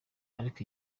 ariko